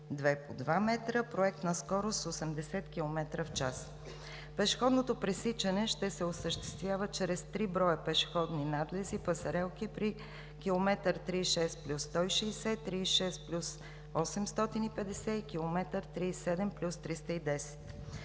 по два метра, проектна скорост – 80 км в час. Пешеходното пресичане ще се осъществява чрез три броя пешеходни надлези – пасарелки, при км 36 + 160, 36 + 850 и км 37 + 310.